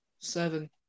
seven